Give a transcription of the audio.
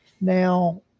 Now